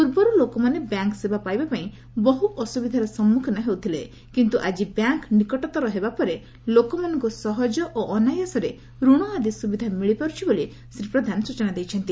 ପୂର୍ବରୁ ଲୋକମାନେ ବ୍ୟାଙ୍କ୍ ସେବା ପାଇବା ପାଇଁ ବହୁ ଅସୁବିଧାର ସମ୍ମଖୀନ ହେଉଥିଲେ କିନ୍ତୁ ଆକି ବ୍ୟାଙ୍କ୍ ନିକଟତର ହେବା ପରେ ଲୋକମାନଙ୍କୁ ସହଜ ଓ ଅନାୟାସରେ ଋଣ ଆଦି ସୁବିଧା ମିଳିପାରୁଛି ବୋଲି ଶ୍ରୀ ପ୍ରଧାନ ସୂଚନା ଦେଇଛନ୍ତି